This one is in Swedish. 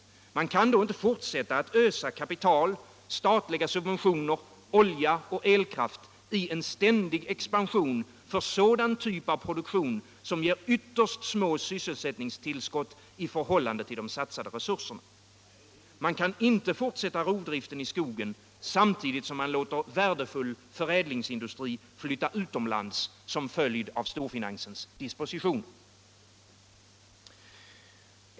Man kan inte fortsätta att ösa kapital, statliga subventioner, olja och elkraft i en ständig expansion för sådan typ av produktion som ger ytterst små sysselsättningstillskott i förhållande till de satsade resurserna. Man kan inte fortsätta rovdriften i skogen, samtidigt som man låter värdefull förädlingsindustri flytta utomlands som följd av storfinansens dispositioner.